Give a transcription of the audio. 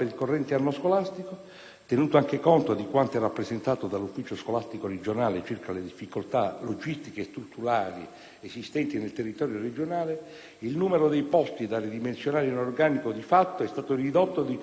tenuto anche conto di quanto rappresentato dall'ufficio scolastico regionale circa le difficoltà logistiche e strutturali esistenti nel territorio regionale, il numero dei posti da ridimensionare in organico di fatto è stato ridotto di 50 unità,